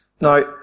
Now